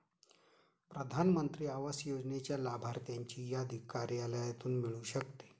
प्रधान मंत्री आवास योजनेच्या लाभार्थ्यांची यादी कार्यालयातून मिळू शकते